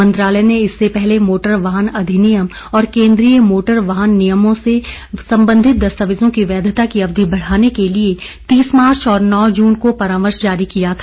मंत्रालय ने इससे पहले मोटर वाहन अधिनियम और केन्द्रीय मोटर वाहन नियमों से सम्बंधित दस्तावेजों की वैधता की अवधि बढ़ाने के लिए तीस मार्च और नौ जून को परामर्श जारी किया था